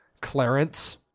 Clarence